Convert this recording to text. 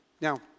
Now